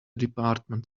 department